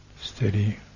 Steady